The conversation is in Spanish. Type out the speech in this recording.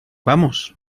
vamos